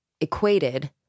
equated